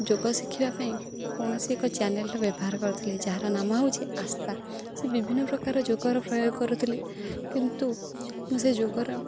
ଯୋଗ ଶିଖିବା ପାଇଁଁ କୌଣସି ଏକ ଚ୍ୟାନେଲଟେ ବ୍ୟବହାର କରୁଥିଲି ଯାହାର ନାମ ହେଉଛି ଆସ୍ଥା ସେ ବିଭିନ୍ନ ପ୍ରକାର ଯୋଗର ପ୍ରୟୋଗ କରୁଥିଲେ କିନ୍ତୁ ମୁଁ ସେ ଯୋଗର